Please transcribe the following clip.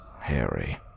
Harry